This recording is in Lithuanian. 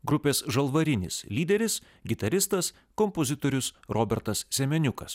grupės žalvarinis lyderis gitaristas kompozitorius robertas semeniukas